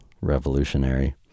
revolutionary